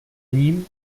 ním